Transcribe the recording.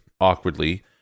awkwardly